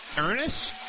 Ernest